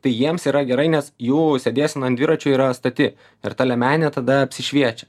tai jiems yra gerai nes jų sėdėsena ant dviračio yra stati ir ta liemenė tada apsišviečia